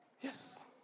Yes